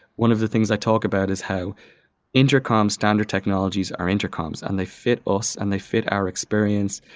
one of the things i talk about is how intercom's standard technologies are intercoms, and they fit us and they fit our experience,